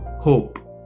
Hope